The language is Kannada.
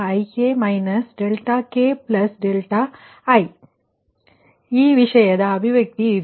Pki Vk2|Yik|θik|Vi||Vk||Yik|ik ki ಆದ್ದರಿಂದ ಈ ವಿಷಯದ ಅಭಿವ್ಯಕ್ತಿ ಇದು